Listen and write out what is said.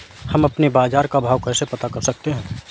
हम अपने बाजार का भाव कैसे पता कर सकते है?